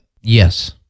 Yes